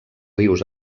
rius